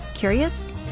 curious